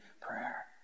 prayer